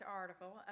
article